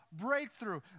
breakthrough